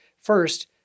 First